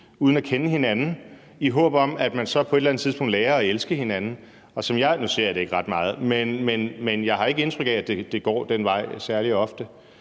uden at kende hinanden, i håb om at man så på et eller andet tidspunkt lærer at elske hinanden. Og nu ser jeg det ikke ret meget, men jeg har ikke indtrykket af, at det går den vej særlig ofte.